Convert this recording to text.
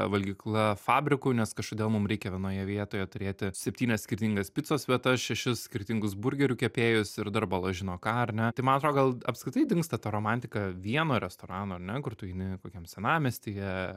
valgykla fabriku nes kažkodėl mum reikia vienoje vietoje turėti septynias skirtingas picos vietas šešis skirtingus burgerių kepėjus ir dar bala žino ką ar ne tai man atrodo gal apskritai dingsta ta romantika vieno restorano ar ne kur tu eini kokiam senamiestyje